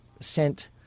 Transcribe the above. sent